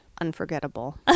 unforgettable